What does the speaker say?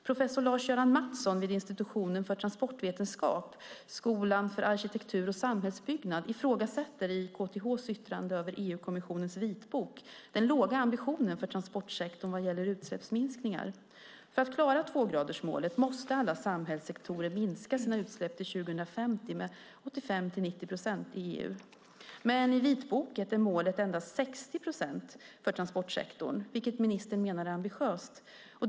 Professor Lars-Göran Mattsson vid institutionen för transportvetenskap, skolan för arkitektur och samhällsbyggnad, ifrågasätter i KTH:s yttrande över EU-kommissionens vitbok den låga ambitionen för transportsektorn vad gäller utsläppsminskningar. För att klara tvågradersmålet måste alla samhällssektorer i EU minska sina utsläpp till 2050 med 85-90 procent. Men i vitboken är målet endast 60 procent för transportsektorn, vilket ministern menar är ambitiöst.